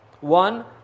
One